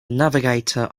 navigator